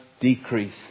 decrease